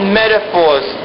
metaphors